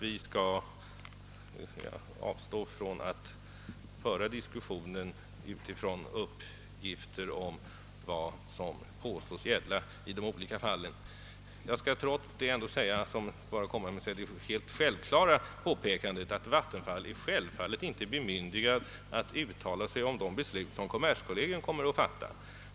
Vi bör avstå från att föra diskussionen på grundval av okontrollerbara uppgifter om vad som kan ha skett i de olika enskilda fallen. Jag vill trots detta komma med det självklara påpekandet att Vattenfall inte är bemyndigat att uttala sig om beslut som kommerskollegium kommer att fatta.